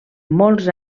molts